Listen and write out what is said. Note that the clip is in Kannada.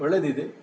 ಒಳ್ಳೆಯದಿದೆ